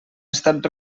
estat